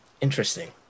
Interesting